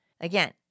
Again